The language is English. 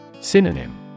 Synonym